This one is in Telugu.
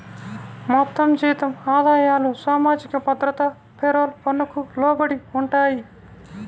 మొత్తం జీతం ఆదాయాలు సామాజిక భద్రత పేరోల్ పన్నుకు లోబడి ఉంటాయి